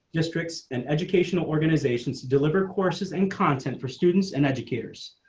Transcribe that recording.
districts and educational organizations to deliver courses and content for students and educators,